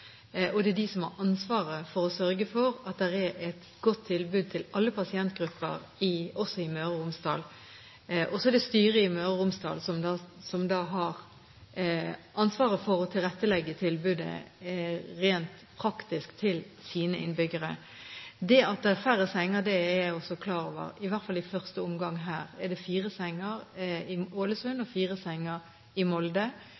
og det er de som har ansvaret for å sørge for at det er et godt tilbud til alle pasientgrupper – også i Møre og Romsdal. Så er det styret i helseforetaket Møre og Romsdal som har ansvaret for å tilrettelegge tilbudet rent praktisk for sine innbyggere. Det at det er færre senger, er jeg også klar over, i hvert fall i første omgang er det fire senger i Ålesund og fire senger i Molde.